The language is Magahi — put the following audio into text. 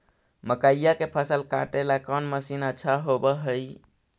मकइया के फसल काटेला कौन मशीन अच्छा होव हई?